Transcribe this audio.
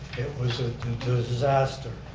it was a disaster.